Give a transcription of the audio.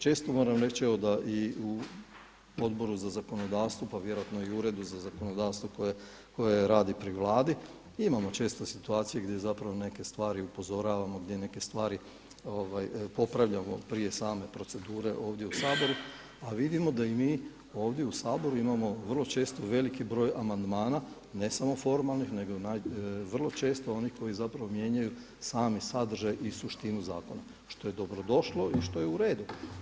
Često moram reći da i u Odboru za zakonodavstvo pa vjerojatno i u Uredu za zakonodavstvo koje radi pri Vladi, imamo često situacije gdje zapravo neke stvari upozoravamo, gdje neke stvari popravljamo prije same procedure ovdje u Saboru a vidimo da i mi ovdje u Saboru imamo vrlo često veliki broj amandmana, ne samo formalnih nego vrlo često onih koji zapravo mijenjaju sami sadržaj i suštinu zakona što je dobrodošlo i što je u redu.